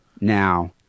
now